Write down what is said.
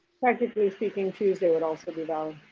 practically speaking tuesday would also be valid.